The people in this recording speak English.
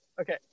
Okay